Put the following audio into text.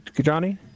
Johnny